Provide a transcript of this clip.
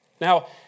Now